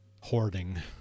hoarding